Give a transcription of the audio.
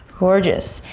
gorgeous,